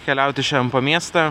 keliauti šiandien po miestą